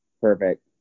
Perfect